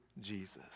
Jesus